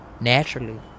Naturally